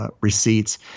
receipts